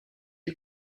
you